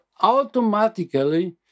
automatically